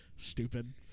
Stupid